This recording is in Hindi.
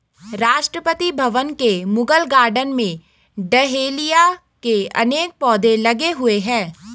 राष्ट्रपति भवन के मुगल गार्डन में डहेलिया के अनेक पौधे लगे हुए हैं